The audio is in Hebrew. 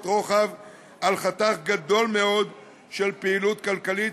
רוחב על חתך גדול מאוד של פעילות כלכלית,